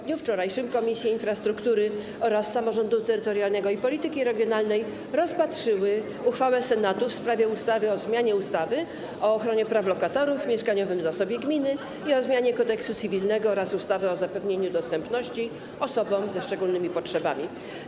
W dniu wczorajszym Komisje: Infrastruktury oraz Samorządu Terytorialnego i Polityki Regionalnej rozpatrzyły uchwałę Senatu w sprawie ustawy o zmianie ustawy o ochronie praw lokatorów, mieszkaniowym zasobie gminy i o zmianie Kodeksu cywilnego oraz ustawy o zapewnianiu dostępności osobom ze szczególnymi potrzebami.